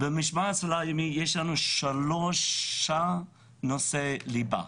יש לנו שלושה נושאי ליבה: